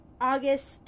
August